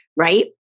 Right